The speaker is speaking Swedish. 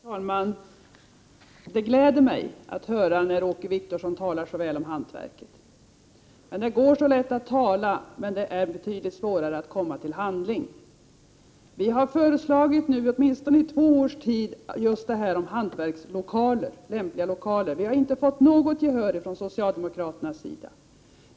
Herr talman! Det gläder mig att höra Åke Wictorsson tala så väl om hantverket. Det går så lätt att tala, men det är betydligt svårare att komma till handling. Vi har nu i två års tid föreslagit att man skall inrätta lämpliga lokaler för hantverk. Vi har inte fått något gehör för detta från socialdemokraternas sida.